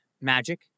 magic